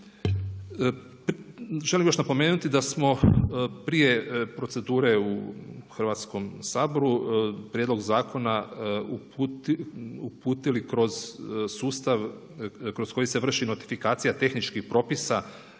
Želim još napomenuti da smo prije procedure u Hrvatskom saboru prijedlog zakona uputili kroz sustav kroz koji se vrši notifikacija tehničkih propisa